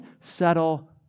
settle